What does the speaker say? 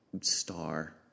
star